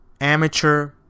amateur